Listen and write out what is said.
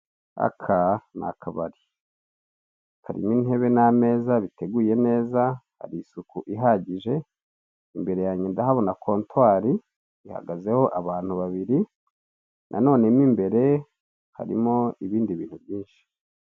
Aka ni akabari karimo intebe n'ameza biteguye neza hari isuku ihagije, imbere yanjye ndahabona kontwari ihagazeho abantu babiri nanone mo imbere harimo ibindi bintu byinshi.